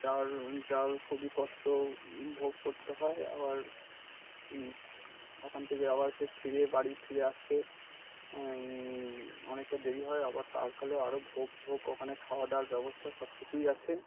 যাওয়ার যাওয়ার খুবই কষ্ট ভোগ করতে হয় আবার ওখান থেকে আবার সেই ফিরে বাড়ি ফিরে আসতে অনেকটা দেরি হয় আবার তার ফলে আরও ভোগ ফোগ ওখানে খাওয়া দাওয়ার ব্যবস্থা সব কিছুই আছে